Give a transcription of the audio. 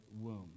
womb